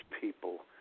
people